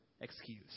excuse